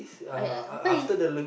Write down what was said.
I I because is